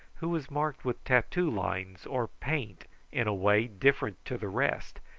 who was marked with tattoo lines or paint in a way different to the rest,